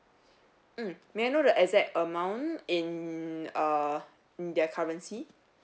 mm may I know the exact amount in uh in their currency